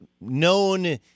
known